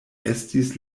estis